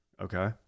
Okay